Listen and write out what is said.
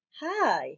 Hi